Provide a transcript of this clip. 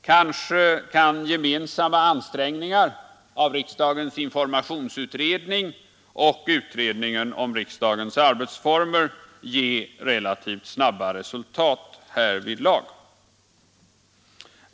Kanske kan gemensamma ansträngningar av riksdagens informationsutredning och utredningen om riksdagens arbetsformer ge relativt snabba resultat härvidlag.